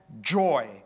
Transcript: joy